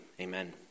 amen